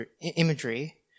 imagery